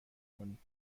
کنیم